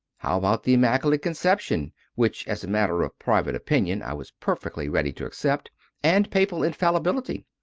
how about the immaculate conception which, as a matter of private opinion, i was perfectly ready to accept and papal infallibility?